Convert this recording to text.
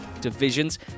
divisions